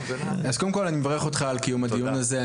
אז קודם כל אני מברך אותך על קיום הדיון הזה,